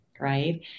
right